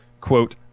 quote